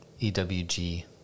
ewg